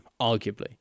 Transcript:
arguably